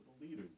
leaders